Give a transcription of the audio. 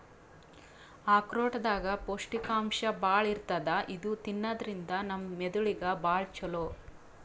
ಆಕ್ರೋಟ್ ದಾಗ್ ಪೌಷ್ಟಿಕಾಂಶ್ ಭಾಳ್ ಇರ್ತದ್ ಇದು ತಿನ್ನದ್ರಿನ್ದ ನಮ್ ಮೆದಳಿಗ್ ಭಾಳ್ ಛಲೋ